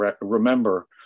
remember